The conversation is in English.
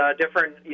different